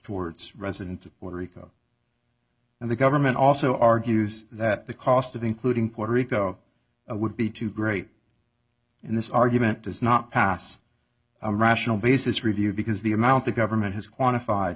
towards residents of puerto rico and the government also argues that the cost of including puerto rico would be too great in this argument does not pass a rational basis review because the amount the government has quantif